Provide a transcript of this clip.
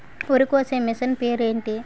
వరి కోసే మిషన్ పేరు ఏంటి